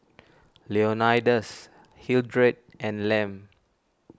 Leonidas Hildred and Lem